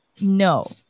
no